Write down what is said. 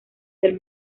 del